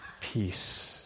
Peace